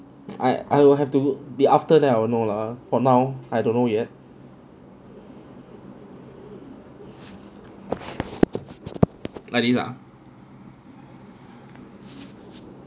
I I will have to be after that I will know lah for now I don't know yet like this ah